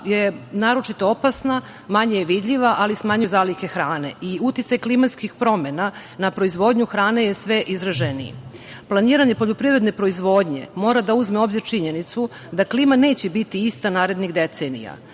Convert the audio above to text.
je naročito opasna, manje je vidljiva, ali smanjuje zalihe hrane. Uticaj klimatskih promena na proizvodnju hrane je sve izraženiji. Planiranje poljoprivredne proizvodnje mora da uzme u obzir činjenicu da klima neće biti ista narednih decenija,